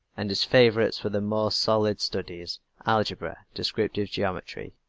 and his favorites were the more solid studies algebra, descriptive geometry,